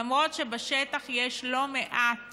למרות שבשטח יש לא מעט